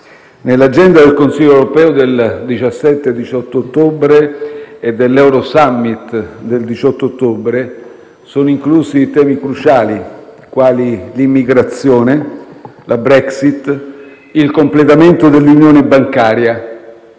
Nell'agenda del Consiglio europeo del 17 e 18 ottobre e dell'Eurosummit del 18 ottobre sono inclusi temi cruciali quali l'immigrazione, la Brexit, il completamento dell'Unione bancaria.